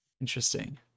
Interesting